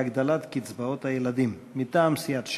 בהגדלת קצבאות הילדים, מטעם סיעת ש"ס.